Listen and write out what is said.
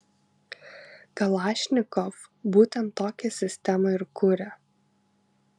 kalašnikov būtent tokią sistemą ir kuria